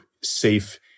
safe